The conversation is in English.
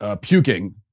puking